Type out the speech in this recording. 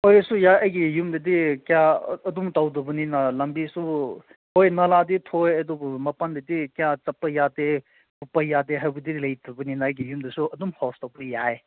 ꯍꯣꯏ ꯑꯩꯁꯨ ꯌꯥꯏ ꯑꯩꯒꯤ ꯌꯨꯝꯗꯗꯤ ꯀꯌꯥ ꯑꯗꯨꯝ ꯇꯧꯗꯕꯅꯤꯅ ꯂꯝꯕꯤꯁꯨ ꯍꯣꯏ ꯅꯥꯂꯥꯗꯤ ꯊꯣꯛꯑꯦ ꯑꯗꯨꯕꯨ ꯃꯄꯥꯟꯗꯗꯤ ꯀꯌꯥ ꯆꯠꯄ ꯌꯥꯗꯦ ꯆꯠꯄ ꯌꯥꯗꯦ ꯍꯥꯏꯕꯗꯤ ꯂꯩꯇꯕꯅꯤꯅ ꯑꯩꯒꯤ ꯌꯨꯝꯗꯁꯨ ꯑꯗꯨꯝ ꯍꯣꯁ ꯇꯧꯕ ꯌꯥꯏ